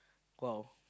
go out